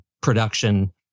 production